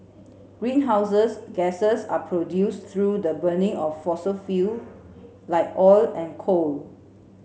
greenhouses gases are produced through the burning of fossil fuel like oil and coal